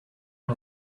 une